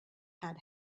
had